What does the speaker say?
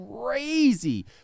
crazy